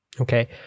Okay